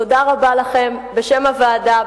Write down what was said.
תודה רבה לכם בשם הוועדה,